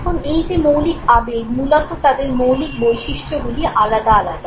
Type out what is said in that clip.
এখন এই যে মৌলিক আবেগ মূলত তাদের মৌলিক বৈশিষ্ট্যগুলি আলাদা আলাদা